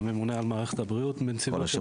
הממונה על מערכת הבריאות מנציבות שירות המדינה.